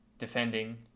Defending